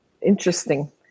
interesting